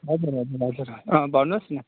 हजुर हजुर भनेको छ अँ भन्नुहोस् न